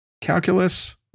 calculus